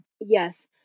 Yes